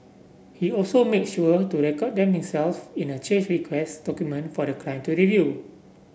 he also makes sure to record them himself in a change request document for the client to review